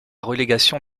relégation